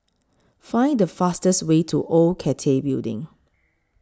Find The fastest Way to Old Cathay Building